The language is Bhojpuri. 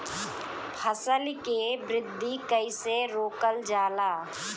फसल के वृद्धि कइसे रोकल जाला?